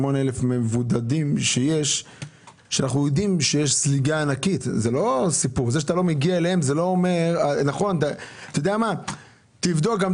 סעיף 38, כמו שכתוב, זה סעיף של משרד